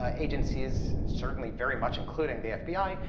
ah agencies, certainly very much including the fbi,